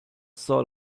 sort